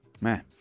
Man